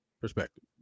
perspective